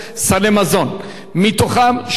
300 טון פירות וירקות,